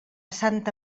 santa